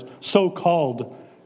so-called